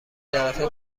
طرفه